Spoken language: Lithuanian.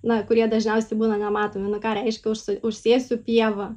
na kurie dažniausiai būna nematomi nu ka reiškia užsėsiu pievą